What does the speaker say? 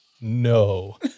no